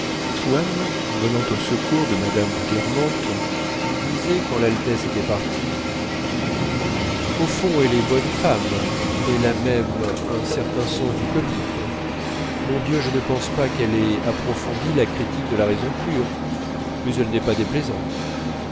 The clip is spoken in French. venant au secours de mme de guermantes lui disait quand l'altesse était partie au fond elle est bonne femme elle a même un certain sens du comique mon dieu je ne pense pas qu'elle ait approfondi la critique de la raison pure mais elle n'est pas déplaisante